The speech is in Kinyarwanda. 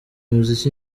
muziki